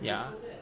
ya